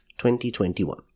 2021